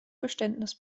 geständnis